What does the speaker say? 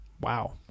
Wow